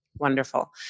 Wonderful